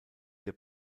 der